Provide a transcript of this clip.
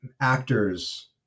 actors